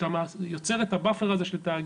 כשאתה יוצר את הבאפר הזה של תאגידים,